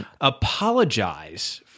apologize